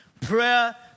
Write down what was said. prayer